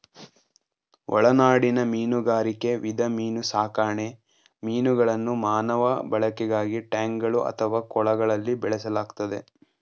ಒಳನಾಡಿನ ಮೀನುಗಾರಿಕೆ ವಿಧ ಮೀನುಸಾಕಣೆ ಮೀನುಗಳನ್ನು ಮಾನವ ಬಳಕೆಗಾಗಿ ಟ್ಯಾಂಕ್ಗಳು ಅಥವಾ ಕೊಳಗಳಲ್ಲಿ ಬೆಳೆಸಲಾಗ್ತದೆ